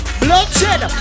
bloodshed